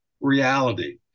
reality